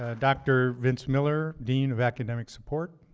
ah dr. vince miller, dean of academic support.